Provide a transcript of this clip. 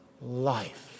life